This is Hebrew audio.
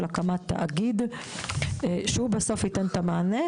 הקמת תאגיד שהוא בסוף ייתן את המענה,